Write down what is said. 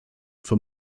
for